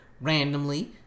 randomly